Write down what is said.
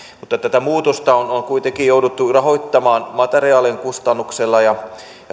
tätä muutosta on on kuitenkin jouduttu rahoittamaan materiaalien kustannuksella ja